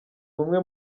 umwe